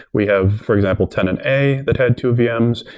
we have for example tenant a that had two vms,